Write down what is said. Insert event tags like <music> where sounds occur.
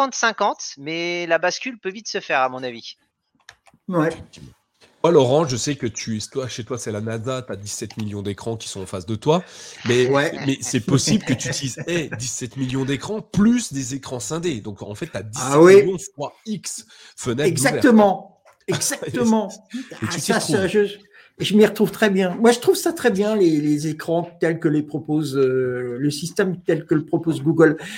50-50, mais la bascule peut vite se faire, à mon avis. Ouais. Effectivement. Oh, Laurent, je sais que tu es- toi, chez toi, c'est la NASA, t'as 17 millions d'écrans qui sont en face de toi, mais- Ouais. mais c'est possible que tu utilises, <laughs> hey, 17 millions d'écrans plus des écrans scindés. Donc, en fait, t'as 17 Ah oui. millions fois X fenêtres Exactement. d'ouvertes. Exactement. <laughs> Et tu Ah, <laughs> t'y ça, <laughs> retrouves. ça, je- je m'y retrouve très bien. Moi, je trouve ça très bien, les- les écrans tels que les propose, euh, le système tel que le propose Google.